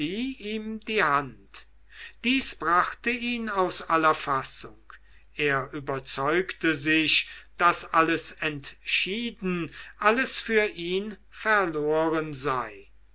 ihm die hand dies brachte ihn aus aller fassung er überzeugte sich daß alles entschieden alles für ihn verloren sei